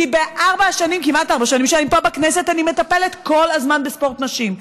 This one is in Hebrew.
כי בכמעט ארבע השנים שאני פה בכנסת אני מטפלת כל הזמן בספורט נשים,